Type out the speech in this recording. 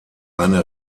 eine